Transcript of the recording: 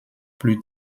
plus